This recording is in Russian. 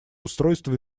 устройства